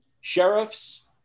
sheriffs